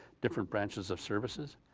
different branches of services.